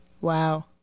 Wow